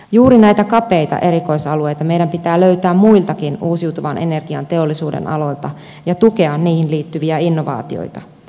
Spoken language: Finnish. juuri näitä kapeita erikoisalueita meidän pitää löytää muiltakin uusiutuvan energian teollisuudenaloilta ja tukea niihin liittyviä innovaatioita